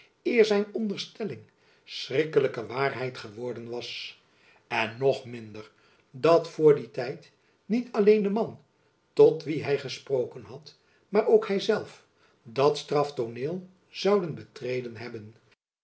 eer zijn onderstelling schrikkelijke waarheid geworden was en nog minder dat vr dien tijd niet alleen de man tot wien hy gesproken had maar ook hy zelf dat straftooneel zouden betreden hebben